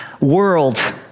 world